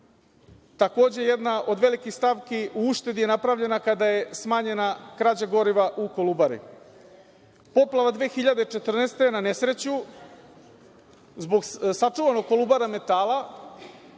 potez. Takođe, jedna od velikih stavki u uštedi je napravljena kada je smanjena krađa goriva u Kolubari. Poplava 2014. godine, na nesreću, zbog sačuvanog „Kolubara metala“